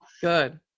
Good